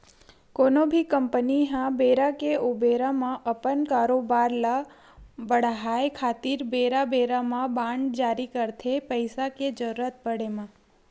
कोनो भी कंपनी ह बेरा के ऊबेरा म अपन कारोबार ल बड़हाय खातिर बेरा बेरा म बांड जारी करथे पइसा के जरुरत पड़े म